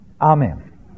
Amen